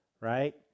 right